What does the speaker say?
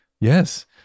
Yes